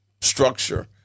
structure